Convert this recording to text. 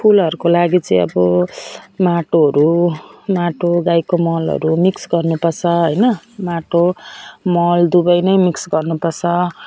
फुलहरूको लागि चाहिँ अब माटोहरू माटो गाईको मलहरू मिक्स गर्नु पर्छ होइन माटो मल दुवै नै मिक्स गर्नु पर्छ